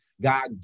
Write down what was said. God